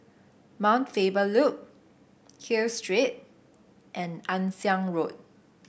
Mount Faber Loop Hill Street and Ann Siang Road